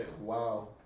wow